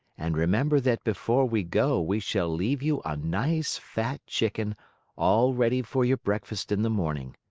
and remember that before we go we shall leave you a nice fat chicken all ready for your breakfast in the morning.